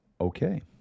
Okay